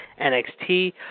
NXT